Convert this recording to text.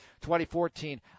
2014